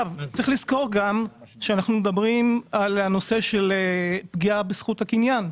צריך לזכור שאנחנו מדברים על נושא של פגיעה בזכות הקניין.